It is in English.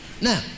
Now